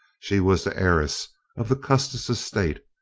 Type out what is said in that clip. she was the heiress of the custis estate,